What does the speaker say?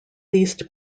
least